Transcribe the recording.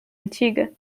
antiga